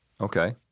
Okay